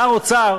שר אוצר